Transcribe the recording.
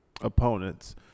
opponents